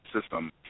system